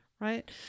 right